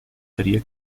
teria